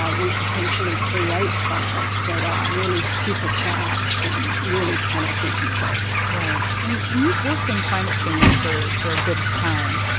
we potentially create fires that are really supercharged and really cannot be controlled right. and and you've worked in climate change for for a good time.